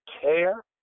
care